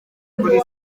kuri